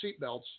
seatbelts